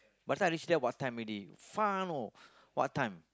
by the time I reach there what time already far know what time